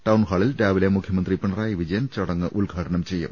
ടൌൺഹാളിൽ രാവിലെ മുഖ്യമന്ത്രി പിണറായി വിജയൻ ചടങ്ങ് ഉദ്ഘാടനം ചെയ്യും